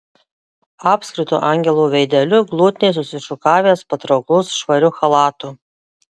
apskritu angelo veideliu glotniai susišukavęs patrauklus švariu chalatu